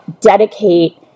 dedicate